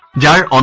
da um